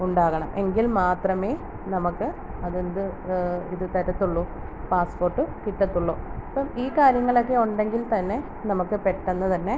ഉണ്ടാകണം എങ്കിൽ മാത്രമേ നമുക്ക് അതിൻ്റെ ഇത് തരത്തുള്ളു പാസ്പ്പോട്ട് കിട്ടത്തുള്ളു അപ്പം ഈ കാര്യങ്ങളക്കെ ഉണ്ടെങ്കിൽത്തന്നെ നമുക്ക് പെട്ടെന്ന് തന്നെ